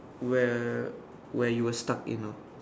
where where you were stuck in ah